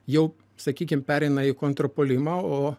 jau sakykim pereina į kontrpuolimą o